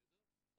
כן.